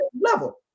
level